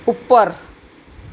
ઉપર